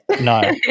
no